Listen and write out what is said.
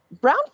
brown